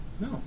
No